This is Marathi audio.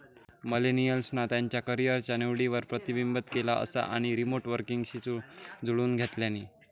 मिलेनियल्सना त्यांच्या करीयरच्या निवडींवर प्रतिबिंबित केला असा आणि रीमोट वर्कींगशी जुळवुन घेतल्यानी